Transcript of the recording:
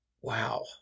wow